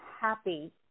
happy